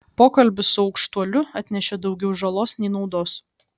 pokalbis su aukštuoliu atnešė daugiau žalos nei naudos